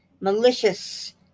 malicious